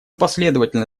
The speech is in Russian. последовательно